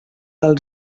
del